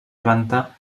planta